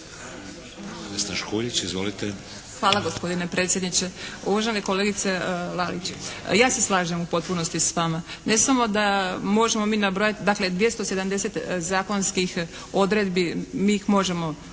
Hvala gospodine predsjedniče. Uvažena kolegice Lalić, ja se slažem u potpunosti s vama. Ne samo da možemo mi nabrojati dakle 270 zakonskih odredbi mi ih možemo